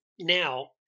now